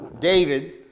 David